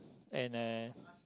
and uh